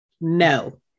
No